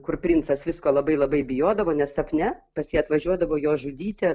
kur princas visko labai labai bijodavo nes sapne pas jį atvažiuodavo jo žudyti